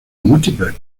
múltiples